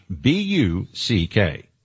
B-U-C-K